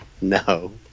No